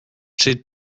czy